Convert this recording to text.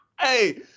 Hey